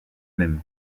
même